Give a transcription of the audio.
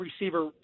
receiver